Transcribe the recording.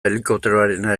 helikopteroarena